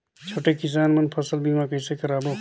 छोटे किसान मन फसल बीमा कइसे कराबो?